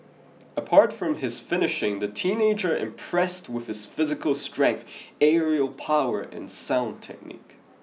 apart from his finishing the teenager impressed with his physical strength aerial power and sound technique